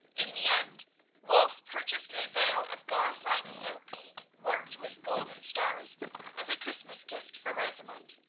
in the end wulf purchased a veil of gauze-like silk worked with golden stars as a christmas gift for rosamund.